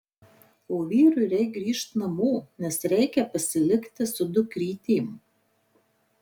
o vyrui reik grįžt namo nes reikia pasilikti su dukrytėm